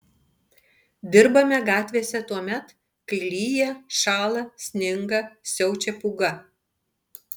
dirbame gatvėse tuomet kai lyja šąla sninga siaučia pūga